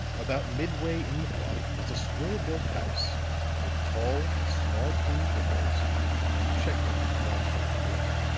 about midway in the block was a square-built house with tall, small-paned windows and checkered with black-headed brick.